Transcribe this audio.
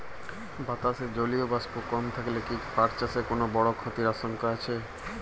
বাতাসে জলীয় বাষ্প কম থাকলে কি পাট চাষে কোনো বড় ক্ষতির আশঙ্কা আছে?